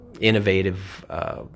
innovative